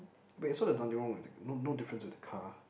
wait so there's nothing wrong the no no difference with the car